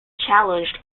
challenged